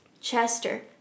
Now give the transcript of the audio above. Chester